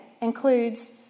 includes